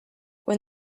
when